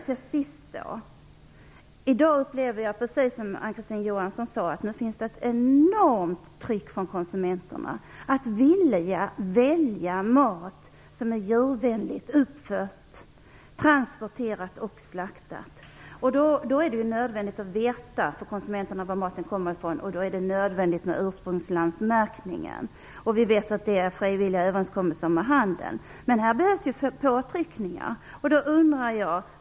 Till sist upplever jag, precis som Ann-Kristine Johansson, att det i dag finns ett enormt tryck från konsumenterna, som vill välja mat från djur som är djurvänligt uppfödda, transporterade och slaktade. Då är det nödvändigt för konsumenterna att veta varifrån maten kommer samt med ursprungslandsmärkning. Vi vet att det är fråga om frivilliga överenskommelser med handeln. Men här behövs påtryckningar.